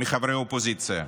מחברי האופוזיציה,